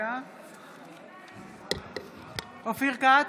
(קוראת בשמות חברי הכנסת) אופיר כץ,